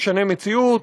משנה מציאות.